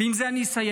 ועם זה אני אסיים,